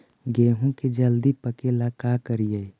गेहूं के जल्दी पके ल का करियै?